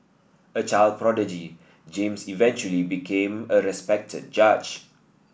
a child prodigy James eventually became a respected judge